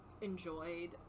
enjoyed